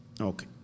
Okay